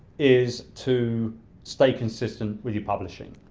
is to stay consistent with your publishing.